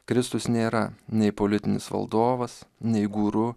kristus nėra nei politinis valdovas nei guru